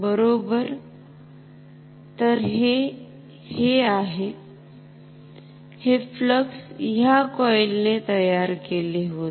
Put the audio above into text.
बरोबर तर हे हे आहेहे फ्लक्स ह्या कॉईल ने तयार केले होते